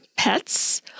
pets